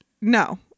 No